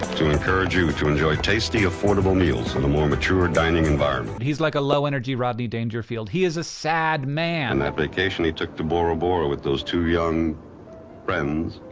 to encourage you to enjoy tasty, affordable meals in a more mature dining environment. he's like a low energy rodney dangerfield. he is a sad man. and that vacation he took to bora bora with those two young friends.